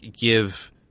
give